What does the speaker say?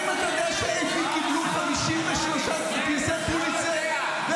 האם אתה יודע ש-AP קיבלו 53 פרסי פוליצר והם